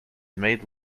made